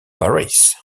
paris